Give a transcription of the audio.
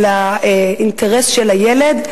על האינטרס של הילד,